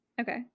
Okay